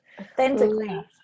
Authentically